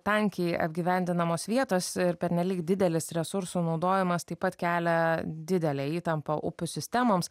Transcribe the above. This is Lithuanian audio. tankiai apgyvendinamos vietos ir pernelyg didelis resursų naudojimas taip pat kelia didelę įtampą upių sistemoms